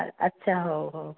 ଆଚ୍ଛା ହଉ ହଉ